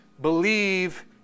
believe